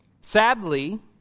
Sadly